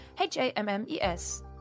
H-A-M-M-E-S